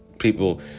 people